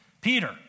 Peter